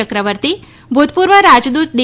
ચક્રવર્તી ભૂતપૂર્વ રાજદૂત ડી